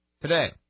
Today